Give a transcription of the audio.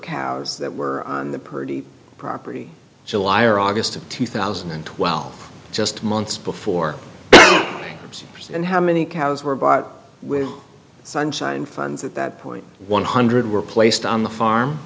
cows that were on the purdy property july or august of two thousand and twelve just months before and how many cows were bought with sunshine funds at that point one hundred were placed on the farm